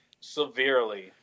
severely